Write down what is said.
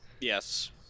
Yes